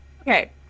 Okay